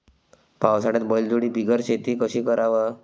पावसाळ्यात बैलजोडी बिगर शेती कशी कराव?